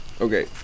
Okay